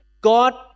God